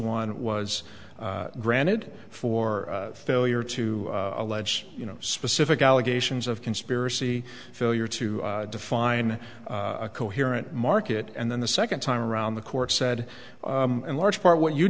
one was granted for failure to allege you know specific allegations of conspiracy failure to define a coherent market and then the second time around the court said in large part what you